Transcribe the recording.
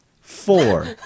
Four